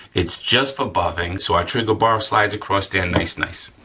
it's just for buffing. so, our trigger bar slides across there, nice, nice.